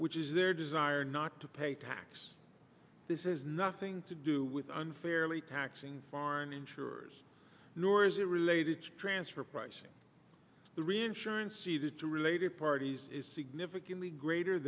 which is their desire not to pay tax this is nothing to do with unfairly taxing foreign insurers nor is it related to transfer pricing the reinsurance either to related parties is significantly greater